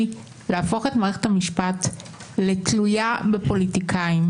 להפוך את מערכת המשפט לתלויה בפוליטיקאים,